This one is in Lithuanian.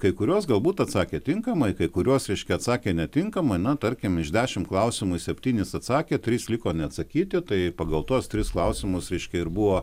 kai kuriuos galbūt atsakė tinkamai kai kuriuos reiškia atsakė netinkamai na tarkim iš dešim klausimų į septynis atsakė trys liko neatsakyti tai pagal tuos tris klausimus reiškia ir buvo